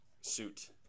suit